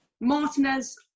Martinez